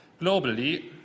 globally